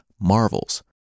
Marvels